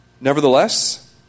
Nevertheless